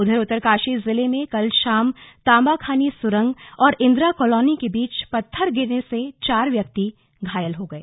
उधर उत्तरकाशी जिले में कल शाम ताम्बाखानी सुरंग और इन्द्राकॉलोनी के बीच पत्थर गिरने र्स चार व्यक्ति घायल हो गए